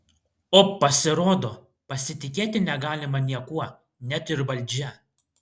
o pasirodo pasitikėti negalima niekuo net ir valdžia